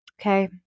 okay